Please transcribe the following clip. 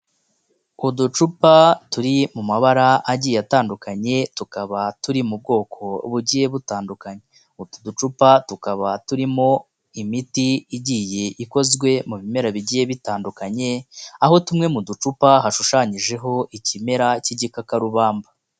Uducupa turi mu mabara agiye atandukanye tukaba turi mu bwoko bugiye butandukanye, utu ducupa tukaba turimo imiti igiye ikozwe mu bimera bigiye bitandukanye, aho tumwe mu ducupa hashushanyijeho ikimera cy'igikakarubamba.